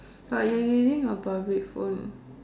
but you using a public phone